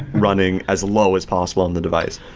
running as low as possible on the device.